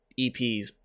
EPs